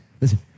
listen